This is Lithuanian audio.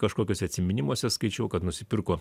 kažkokiuose atsiminimuose skaičiau kad nusipirko